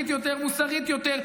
ותתנערו מסרבנות.